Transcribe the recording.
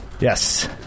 Yes